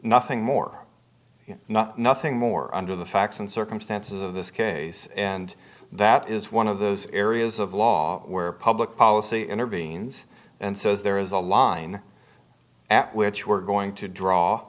nothing more not nothing more under the facts and circumstances of this case and that is one of those areas of law where public policy intervenes and says there is a line at which we're going to draw